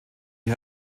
die